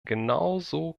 genauso